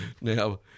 now